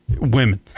Women